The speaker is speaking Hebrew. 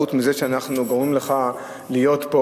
חוץ מזה שאנחנו גורמים לך להיות פה